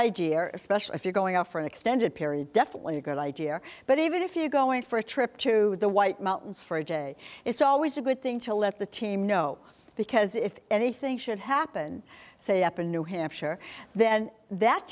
idea especially if you're going out for an extended period definitely a good idea but even if you're going for a trip to the white mountains for a day it's always a good thing to left the team no because if anything should happen say up in new hampshire then that